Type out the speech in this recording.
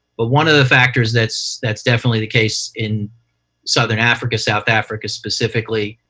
but one of the factors that's that's definitely the case in southern africa, south africa specifically,